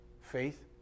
faith